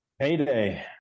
Payday